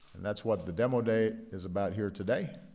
and that's what the demo day is about here today.